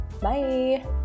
bye